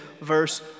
verse